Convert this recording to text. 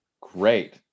great